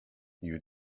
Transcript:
you